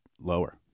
lower